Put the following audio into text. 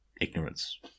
ignorance